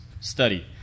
study